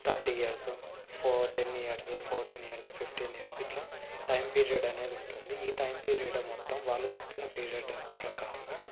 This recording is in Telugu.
thirty years four ten years fourteen years fifteen years ఇట్లా టైం పీరియడ్ అనేది ఉంటుంది ఈ టైం పీరియడ్ మొత్తం వాళ్ళు చెప్పిన పీరియడ్ ప్రకారంగా